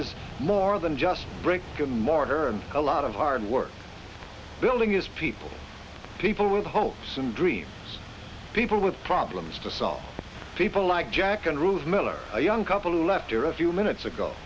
is more than just bricks good mortar and a lot of hard work building is people people with hopes and dreams people with problems to solve people like jack and ruth miller a young couple who left or a few minutes ago